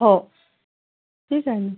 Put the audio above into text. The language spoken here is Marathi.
हो ठीक आहे ना